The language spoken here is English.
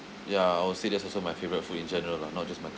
ya I would say that's also my favourite food in general lah not just my